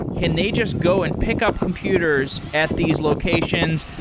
can they just go and pick up computers at these locations,